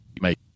make